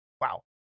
Wow